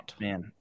Man